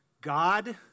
God